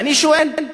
ואני שואל: